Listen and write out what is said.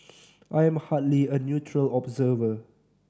I am hardly a neutral observer